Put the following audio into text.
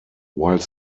while